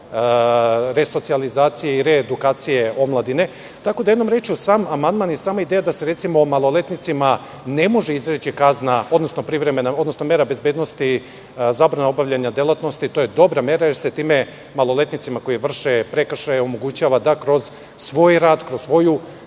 resocijalizacije i reedukacije omladine. Jednom rečju, sam amandman i sama ideja da se, recimo, maloletnicima ne može izreći mera bezbednosti zabrane obavljanja delatnosti, to je dobra mera jer se time maloletnicima koji vrše prekršaje omogućava da kroz svoj rad, kroz rad